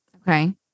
Okay